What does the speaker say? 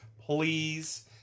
Please